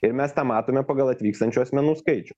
ir mes tą matome pagal atvykstančių asmenų skaičių